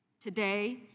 Today